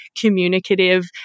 communicative